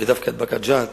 ודווקא את באקה ג'ת